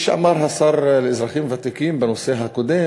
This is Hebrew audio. חבר הכנסת עמאר גם מוזמן לתפוס את מקומי ולהמשיך לנהל את הדיון